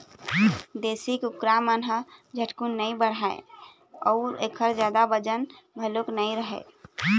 देशी कुकरा मन ह झटकुन नइ बाढ़य अउ एखर जादा बजन घलोक नइ रहय